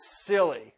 silly